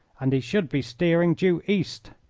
and he should be steering due east.